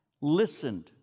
listened